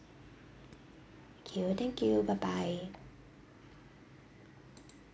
okay thank you bye bye